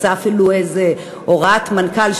יצאה אפילו איזו הוראת מנכ"ל,